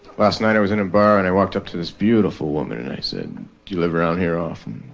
last night i was in a bar and i walked up to this beautiful woman and i said. do you live around here often?